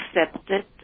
accepted